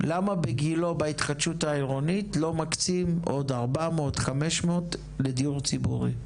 למה בגילה בהתחדשות העירונית לא מקצים עוד 400-500 לדיור ציבורי?